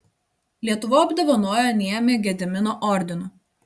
lietuva apdovanojo niemį gedimino ordinu